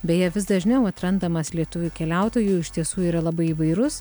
beje vis dažniau atrandamas lietuvių keliautojų iš tiesų yra labai įvairus